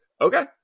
Okay